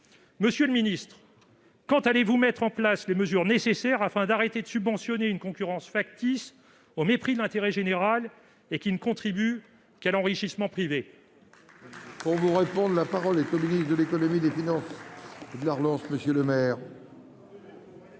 Monsieur le ministre, quand allez-vous mettre en oeuvre les mesures nécessaires afin d'arrêter de subventionner une concurrence factice, qui se développe au mépris de l'intérêt général et qui ne contribue qu'à l'enrichissement privé ?